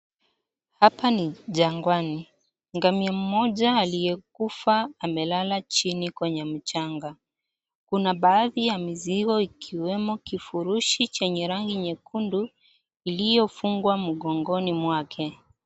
Hapa ni jangwani. Ngamia mmoja aliyekufa amelala chini kwenye mchanga. Kuna baadhi ya mizigo ikiwemo kifurushi chenye rangi nyekundu, iliyofungwa mgongoni mwake.